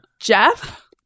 Jeff